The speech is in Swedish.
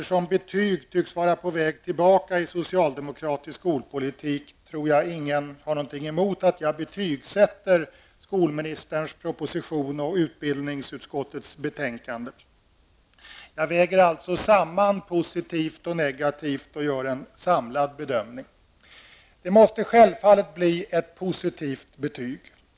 Eftersom betyg tycks vara på väg tillbaka i socialdemokratisk skolpolitik tror jag inte att någon har något emot att jag betygsätter skolministerns proposition och utbildningsutskottets betänkande. Jag väger samman positivt och negativt och gör en samlad bedömning. Det måste självfallet bli ett positivt betyg.